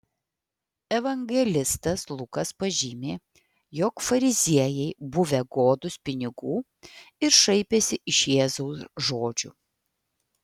evangelistas lukas pažymi jog fariziejai buvę godūs pinigų ir šaipęsi iš jėzaus žodžių